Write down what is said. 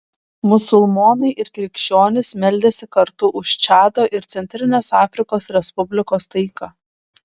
musulmonai ir krikščionys meldėsi kartu už čado ir centrinės afrikos respublikos taiką